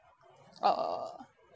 uh